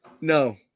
No